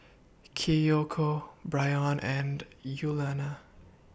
Kiyoko Bryon and Yuliana